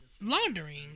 laundering